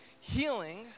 healing